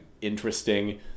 interesting